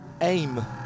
AIM